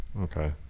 Okay